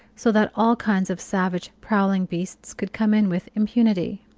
so that all kinds of savage, prowling beasts could come in with impunity.